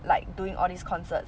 like doing all this concerts